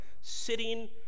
sitting